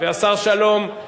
והשר שלום,